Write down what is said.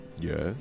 Yes